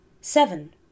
seven